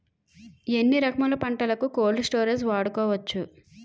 ఎన్ని రకములు పంటలకు కోల్డ్ స్టోరేజ్ వాడుకోవచ్చు?